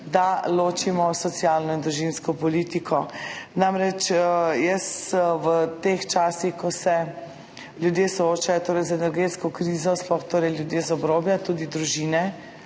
da ločimo socialno in družinsko politiko. Namreč, jaz v teh časih, ko se ljudje soočajo z energetsko krizo, sploh ljudje z obrobja, predvsem družine,